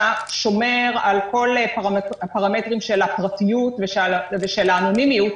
שומר על כל הפרמטרים של הפרטיות ושל האנונימיות,